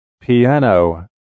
Piano